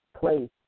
place